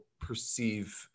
perceive